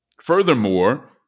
Furthermore